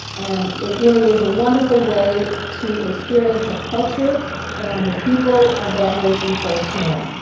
and it really is a wonderful way to experience a culture and the people of that nation firsthand.